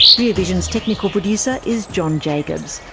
rear vision's technical producer is john jacobs.